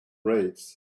grades